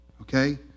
Okay